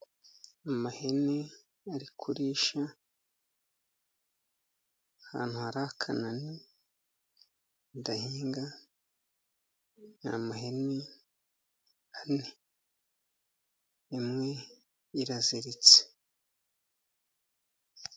Amahene ari kurisha ahantu hari akanani badahinga n'amahene ane imwe iraziritse.